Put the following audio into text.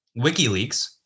WikiLeaks